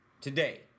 today